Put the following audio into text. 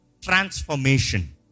transformation